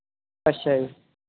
ਅੱਛਾ ਜੀ